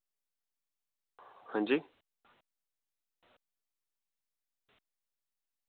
अंजी